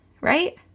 right